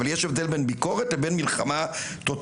אבל יש הבדל בין ביקורת לבין מלחמה טוטלית.